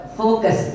focus